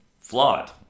flawed